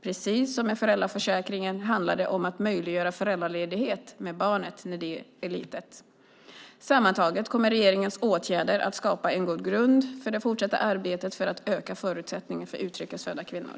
Precis som med föräldraförsäkringen handlar det om att möjliggöra föräldraledighet med barnet när det är litet. Sammantaget kommer regeringens åtgärder att skapa en god grund för det fortsatta arbetet för att öka förutsättningarna för utrikes födda kvinnor.